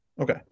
okay